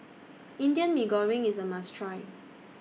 Indian Mee Goreng IS A must Try